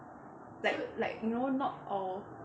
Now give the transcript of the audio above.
like like you know not all